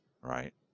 right